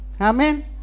Amen